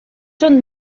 són